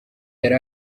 yari